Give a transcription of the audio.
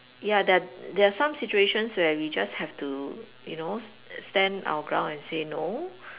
ya there there are some situations where we just have to you know stand our ground and say no